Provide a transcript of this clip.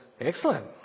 Excellent